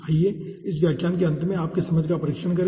आइए इस व्याख्यान के अंत में आपकी समझ का परीक्षण करें